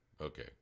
okay